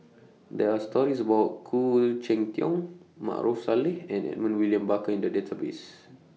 There Are stories about Khoo Cheng Tiong Maarof Salleh and Edmund William Barker in The Database